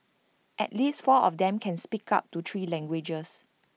at least four of them can speak up to three languages